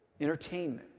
entertainment